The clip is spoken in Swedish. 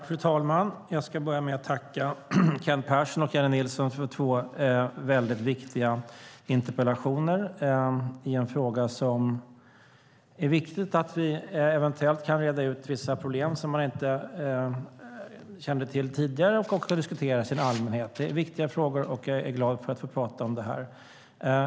Fru talman! Jag ska börja med att tacka Kent Persson och Jennie Nilsson för två väldigt viktiga interpellationer i en fråga där det är viktigt att eventuellt reda ut vissa problem man inte kände till tidigare samt diskutera i allmänhet. Det är viktiga frågor, och jag är glad att få prata om detta.